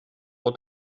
por